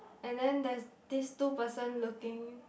and then there's this two person looking